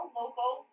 local